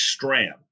Stram